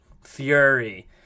fury